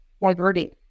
diverting